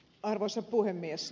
arvoisa puhemies